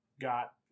Got